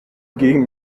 gegen